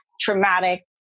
traumatic